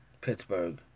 Pittsburgh